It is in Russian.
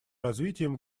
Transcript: развитием